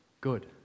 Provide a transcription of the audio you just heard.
good